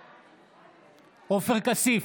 בעד עופר כסיף,